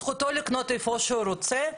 זכותו לקנות איפה שהוא רוצה.